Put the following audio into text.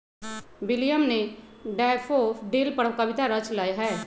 William ने daffodil पर कविता रच लय है